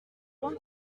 point